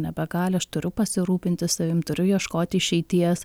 nebegali aš turiu pasirūpinti savim turiu ieškoti išeities